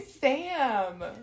Sam